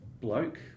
bloke